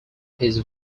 his